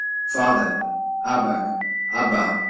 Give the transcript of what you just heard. father abagh abba.